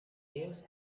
waves